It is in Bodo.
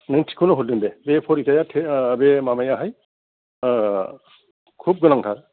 नों थिगखौनो हरदों दे बे फरिखाया टे बे माबायाहाय खुब गोनांथार